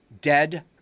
dead